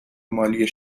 مالی